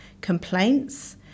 complaints